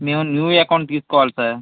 మేము new account తీసుకోవాలి sir